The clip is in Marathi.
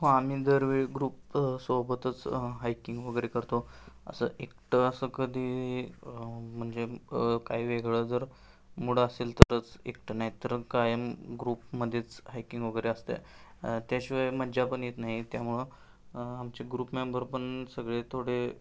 हो आम्ही दर वेळी ग्रुप सोबतच हायकिंग वगैरे करतो असं एकटं असं कधी म्हणजे काही वेगळं जर मुड असेल तरच एकटं नाहीतर कायम ग्रुपमध्येच हायकिंग वगैरे असते त्याशिवाय मज्जा पण येत नाही त्यामुळं आमचे ग्रुप मेंबर पण सगळे थोडे